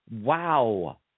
Wow